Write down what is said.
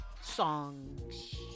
songs